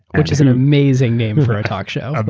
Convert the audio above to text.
which is an amazing name for a talk show.